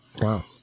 wow